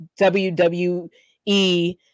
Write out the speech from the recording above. WWE